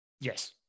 yes